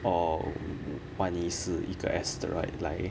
orh 万一是一个 asteroid 来